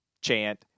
chant